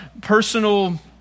personal